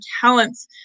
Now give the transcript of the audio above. talents